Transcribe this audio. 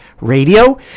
Radio